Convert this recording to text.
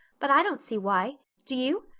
but i don't see why. do you?